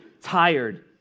tired